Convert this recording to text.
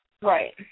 Right